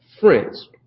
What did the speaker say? friends